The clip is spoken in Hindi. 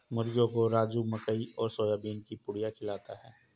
मुर्गियों को राजू मकई और सोयाबीन की पुड़िया खिलाता है